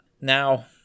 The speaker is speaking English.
Now